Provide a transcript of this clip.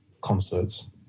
concerts